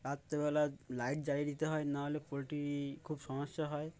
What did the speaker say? রাত্রিবেলা লাইট জ্বালিয়ে দিতে হয় নাহলে পোলট্রি খুব সমস্যা হয়